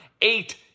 eight